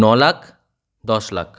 ন লাখ দশ লাখ